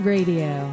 Radio